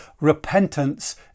repentance